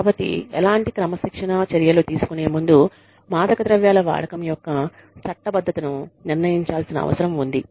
కాబట్టి ఎలాంటి క్రమశిక్షణా చర్యలు తీసుకునే ముందు మాదకద్రవ్యాల వాడకం యొక్క చట్టబద్ధతను నిర్ణయించాల్సిన అవసరం ఉంది